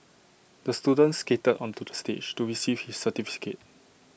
the student skated onto the stage to receive his certificate